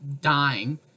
dying